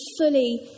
fully